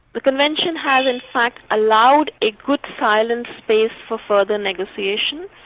the convention has in fact allowed a good silent space for further negotiation.